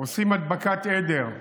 עושים הדבקת עדר.